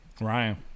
Ryan